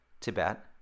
Tibet